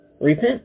Repent